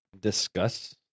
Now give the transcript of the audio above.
discuss